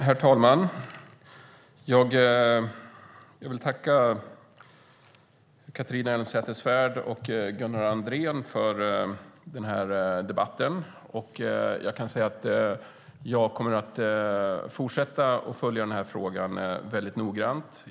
Herr talman! Jag vill tacka Catharina Elmsäter-Svärd och Gunnar Andrén för debatten. Jag kommer att fortsätta att följa den här frågan noggrant.